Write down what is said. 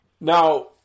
Now